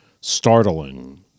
startling